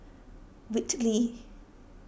Whitley